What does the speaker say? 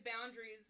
boundaries